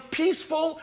peaceful